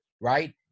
right